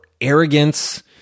arrogance